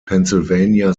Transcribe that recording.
pennsylvania